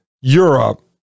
Europe